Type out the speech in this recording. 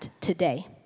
today